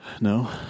No